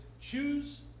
choose